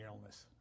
illness